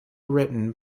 written